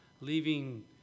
leaving